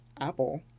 apple